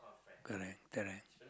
correct correct